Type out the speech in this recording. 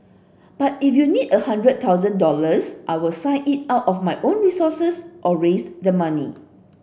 but if you need a hundred thousand dollars I'll sign it out of my own resources or raise the money